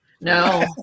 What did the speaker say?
No